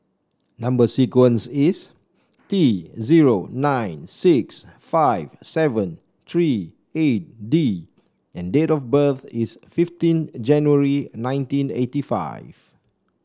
number sequence is T zero nine six five seven three eight D and date of birth is fifteen January nineteen eighty five